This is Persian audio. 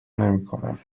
نمیکنم